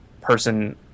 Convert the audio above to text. person